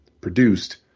produced